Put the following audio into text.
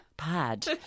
Pad